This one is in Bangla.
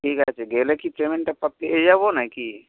ঠিক আছে গেলে কি পেমেন্টটা পেয়ে যাব না কি